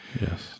Yes